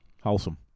Wholesome